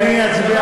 אצביע